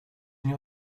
nie